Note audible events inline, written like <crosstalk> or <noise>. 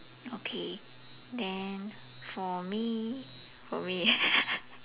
okay then for me for me ah <laughs>